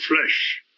flesh